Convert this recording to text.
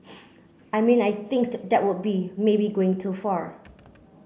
I mean I thinked that would be maybe going too far